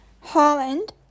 Holland